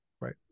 right